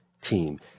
Team